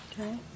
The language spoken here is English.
Okay